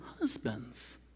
husbands